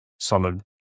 Solid